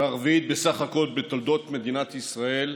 והרביעית בסך הכול בתולדות מדינת ישראל,